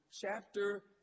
chapter